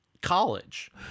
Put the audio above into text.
college